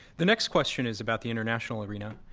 the next question is about the international arena.